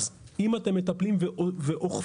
אז אם אתם מטפלים ואוכפים,